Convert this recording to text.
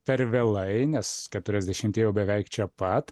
per vėlai nes keturiasdešimtieji jau beveik čia pat